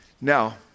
Now